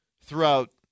throughout